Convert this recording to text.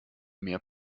mehr